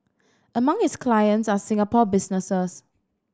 among his clients are Singapore businesses